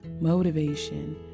motivation